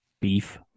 beef